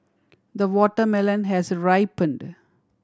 the watermelon has ripened